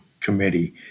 Committee